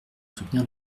soutenir